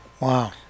Wow